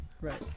Right